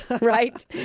Right